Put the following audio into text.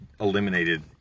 eliminated